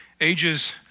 ages